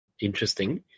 interesting